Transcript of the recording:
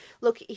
look